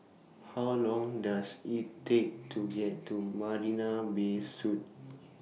How Long Does IT Take to get to Marina Bay Suites